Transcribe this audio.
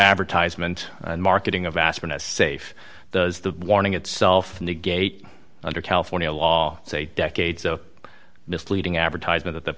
advertisement and marketing of aspirin a safe does the warning itself negate under california law it's a decade so misleading advertisement that the